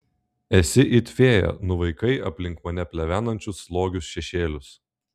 esi it fėja nuvaikai aplink mane plevenančius slogius šešėlius